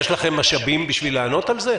יש לכם משאבים בשביל לענות על זה?